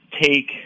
take